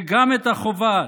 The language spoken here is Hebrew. וגם החובה,